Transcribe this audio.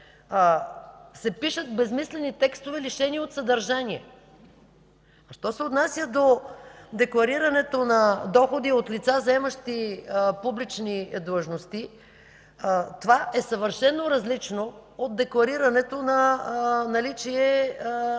се пишат безсмислени текстове, лишени от съдържание. Що се отнася до декларирането на доходи от лица, заемащи публични длъжности, това е съвършено различно от декларирането на наличие на